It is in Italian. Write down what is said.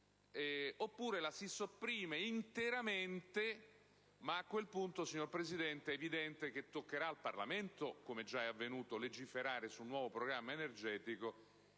oppure la si sopprime interamente. Ma a quel punto, signor Presidente, è evidente che toccherà al Parlamento, come è già avvenuto, legiferare su un nuovo programma energetico